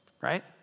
Right